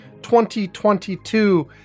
2022